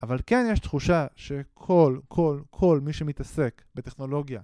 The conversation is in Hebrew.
אבל כן יש תחושה שכל, כל, כל מי שמתעסק בטכנולוגיה...